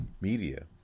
media